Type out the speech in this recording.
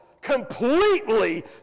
completely